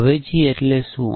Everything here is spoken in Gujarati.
અવેજી એટલે શું